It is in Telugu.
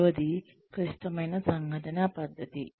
మూడవది క్లిష్టమైన సంఘటన పద్ధతి